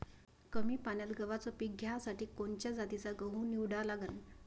कमी पान्यात गव्हाचं पीक घ्यासाठी कोनच्या जातीचा गहू निवडा लागन?